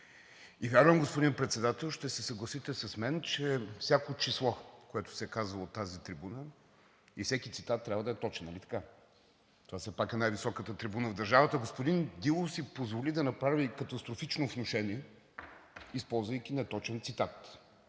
Вярвам, господин Председател, ще се съгласите с мен, че всяко число, което се казва от тази трибуна, и всеки цитат трябва да са точни. Нали така? Все пак това е най-високата трибуна в държавата. Господин Дилов си позволи да направи катастрофично внушение, използвайки неточен цитат.